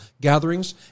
gatherings